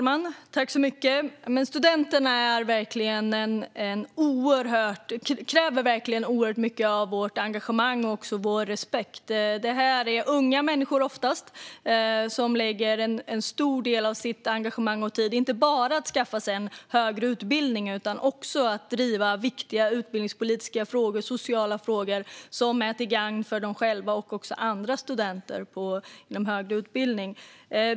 Fru talman! Studenterna kräver oerhört mycket av vårt engagemang och också vår respekt. Det är oftast unga människor som lägger en stor del sitt engagemang och tid inte bara på att skaffa sig en högre utbildning. De driver också viktiga utbildningspolitiska frågor och sociala frågor som är till gagn för dem själva och också andra studenter inom högre utbildning.